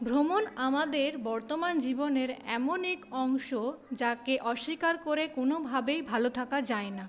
ভ্রমণ আমাদের বর্তমান জীবনের এমন এক অংশ যাকে অস্বীকার করে কোনোভাবেই ভালো থাকা যায় না